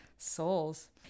Souls